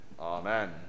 Amen